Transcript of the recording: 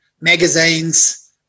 magazines